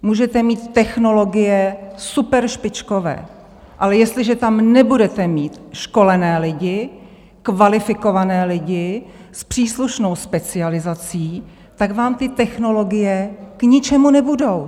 Můžete mít technologie superšpičkové, ale jestliže tam nebudete mít školené lidi, kvalifikované lidi s příslušnou specializací, tak vám ty technologie k ničemu nebudou.